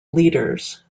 leaders